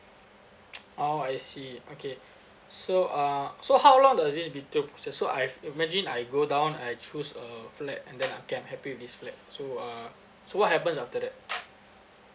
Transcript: oh I see okay so uh so how long does this be took process so I've imagine I go down I choose a flat and then ah can happy with this flat so uh so what happens after that